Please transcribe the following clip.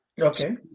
okay